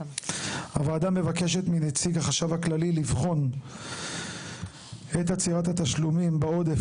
3. הוועדה מבקשת מנציג החשב הכללי לבחון את עצירת התשלומים בעודף,